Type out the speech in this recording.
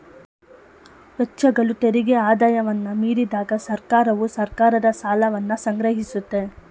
ವೆಚ್ಚಗಳು ತೆರಿಗೆ ಆದಾಯವನ್ನ ಮೀರಿದಾಗ ಸರ್ಕಾರವು ಸರ್ಕಾರದ ಸಾಲವನ್ನ ಸಂಗ್ರಹಿಸುತ್ತೆ